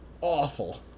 Awful